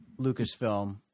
Lucasfilm